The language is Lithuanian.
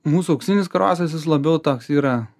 mūsų auksinis karosas jis labiau toks yra